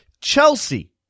Chelsea